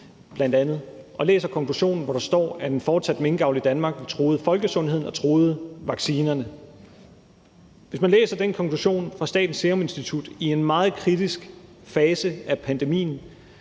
og læser konklusionen, hvor der står, at en fortsat minkavl i Danmark truede folkesundheden og truede vaccinerne. Hvis man læser den konklusion fra Statens Serum Institut i en meget kritisk fase af pandemien